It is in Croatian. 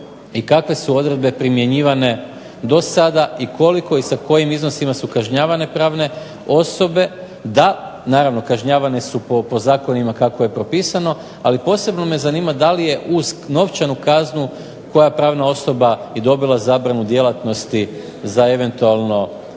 i kakve su odredbe primjenjivane do sada i koliko i sa kojim iznosima su kažnjavane pravne osobe. Da, naravno kažnjavane su po zakonima kako je propisano ali posebno me zanima da li je uz novčanu kaznu koja pravna osoba i dobila zabranu djelatnosti za eventualno